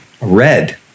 Red